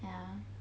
ya